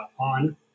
on